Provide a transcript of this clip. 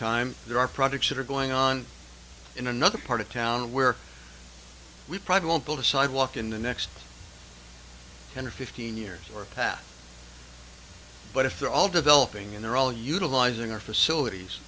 time there are projects that are going on in another part of town where we probably won't build a sidewalk in the next ten or fifteen years or path but if they're all developing and they're all utilizing our facilities